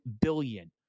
billion